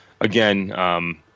again